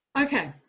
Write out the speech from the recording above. Okay